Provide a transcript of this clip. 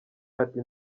ati